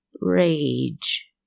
rage